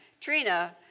Trina